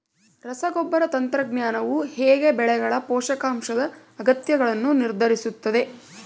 ರಸಗೊಬ್ಬರ ತಂತ್ರಜ್ಞಾನವು ಹೇಗೆ ಬೆಳೆಗಳ ಪೋಷಕಾಂಶದ ಅಗತ್ಯಗಳನ್ನು ನಿರ್ಧರಿಸುತ್ತದೆ?